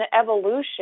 evolution